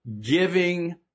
Giving